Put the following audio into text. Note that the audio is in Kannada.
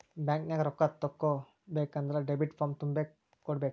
ಬ್ಯಾಂಕ್ನ್ಯಾಗ ರೊಕ್ಕಾ ತಕ್ಕೊಬೇಕನ್ದ್ರ ಡೆಬಿಟ್ ಫಾರ್ಮ್ ತುಂಬಿ ಕೊಡ್ಬೆಕ್